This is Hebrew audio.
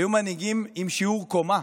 היו מנהיגים בשיעור קומה,